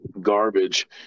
garbage